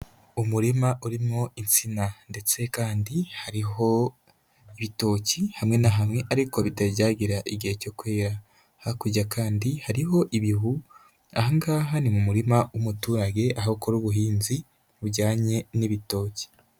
Umurima urimo insina ndetse kandi hariho ibitoki hamwe na hamwe ariko bitari byagera hagira igihe cyo kwera, hakurya kandi hariho ibihu, aha ngaha ni mu murima w'umuturage aho akora ubuhinzi bujyanye n'ibitoki.